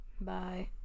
Bye